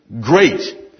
great